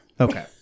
Okay